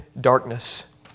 darkness